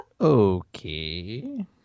Okay